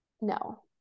No